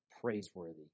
praiseworthy